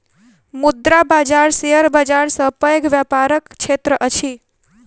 मुद्रा बाजार शेयर बाजार सॅ पैघ व्यापारक क्षेत्र अछि